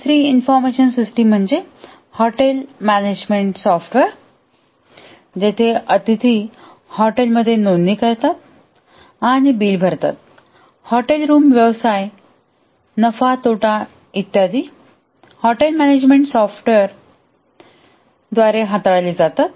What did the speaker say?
दुसरी information system म्हणजे hotel management software जेथे अतिथी हॉटेलमध्ये नोंदणी करतात आणि बिल भरतातहॉटेल रूम व्यवसाय नफा तोटा इत्यादी हॉटेल मॅनेजमेंट सॉफ्टवेअर द्वारे हाताळले जातात